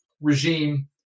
regime